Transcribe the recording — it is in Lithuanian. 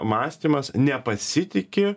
mąstymas nepasitiki